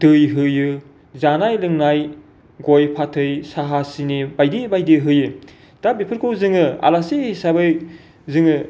दै होयो जानाय लोंनाय गय फाथै साहा सिनि बायदि बायदि होयो दा बेफोरखौ जोङो आलासि हिसाबै जोङो